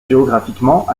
géographiquement